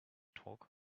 talk